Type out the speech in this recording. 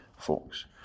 folks